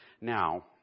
Now